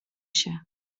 się